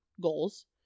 goals